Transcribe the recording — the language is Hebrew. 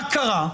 מה קרה,